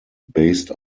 based